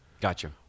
Gotcha